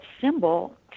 symbol